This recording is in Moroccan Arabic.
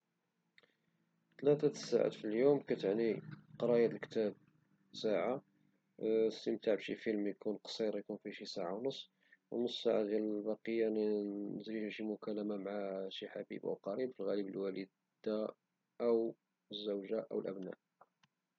ثلاثة ديال الساعات في اليوم كتعني قراية د كتاب ساعة الاستمتاع بشي فيلم قصير يكون فيه شي ساعة ونصف ونصف ساعة لي بقات ندير شي مكالمة مع شي حبيب أو قريب في الغالب الوالدة أو الزوجة أو الأبناء.